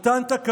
אלה אותן תקנות